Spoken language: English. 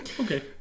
okay